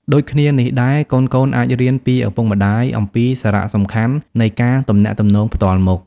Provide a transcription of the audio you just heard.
ដូចគ្នានេះដែរ កូនៗអាចរៀនពីឪពុកម្តាយអំពីសារៈសំខាន់នៃការទំនាក់ទំនងផ្ទាល់មុខ។